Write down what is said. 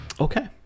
Okay